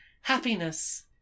happiness